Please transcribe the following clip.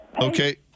Okay